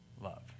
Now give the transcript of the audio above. love